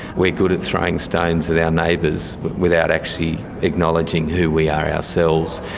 we are good at throwing stones at our neighbours without actually acknowledging who we are ourselves.